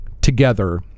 together